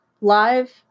live